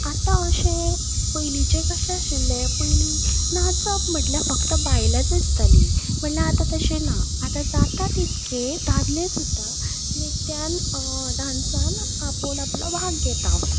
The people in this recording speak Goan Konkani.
आतां अशें पयलींचें कशें आशिल्लें पयलीं नाचप म्हटल्यार फक्त बायलांच आसतालीं म्हटल्या आतां तशें ना आतां जाता तितके दादले सुद्दां नित्यान डांसान आपूण आपलो भाग घेता